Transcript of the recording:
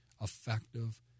effective